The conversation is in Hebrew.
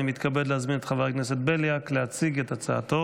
אני מתכבד להזמין את חבר הכנסת בליאק להציג את הצעתו